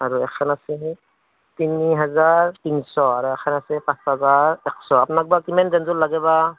আৰু এখন আছে তিনি হাজাৰ তিনিশ আৰু এখন আছে পাঁচহাজাৰ এশ আপোনাক বা কিমান ৰেঞ্জৰ লাগে বা